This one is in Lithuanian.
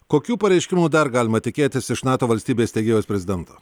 kokių pareiškimų dar galima tikėtis iš nato valstybės steigėjos prezidento